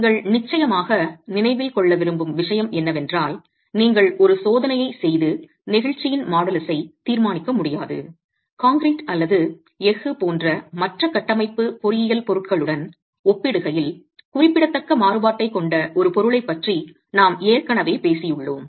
நீங்கள் நிச்சயமாக நினைவில் கொள்ள விரும்பும் விஷயம் என்னவென்றால் நீங்கள் ஒரு சோதனையைச் செய்து நெகிழ்ச்சியின் மாடுலஸை தீர்மானிக்க முடியாது கான்கிரீட் அல்லது எஃகு போன்ற மற்ற கட்டமைப்பு பொறியியல் பொருட்களுடன் ஒப்பிடுகையில் குறிப்பிடத்தக்க மாறுபாட்டைக் கொண்ட ஒரு பொருளைப் பற்றி நாம் ஏற்கனவே பேசியுள்ளோம்